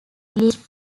released